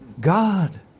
God